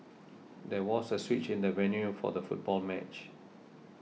there was a switch in the venue for the football match